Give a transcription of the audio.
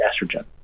estrogen